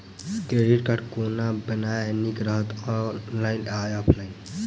Credit card कोना बनेनाय नीक रहत? ऑनलाइन आ की ऑफलाइन?